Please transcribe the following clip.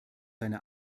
seine